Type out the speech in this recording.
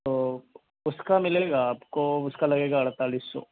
تو اُس کا مِلے گا آپ کو اُس کا لگے گا اَڑتالیس سو